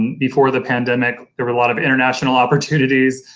before the pandemic there were a lot of international opportunities,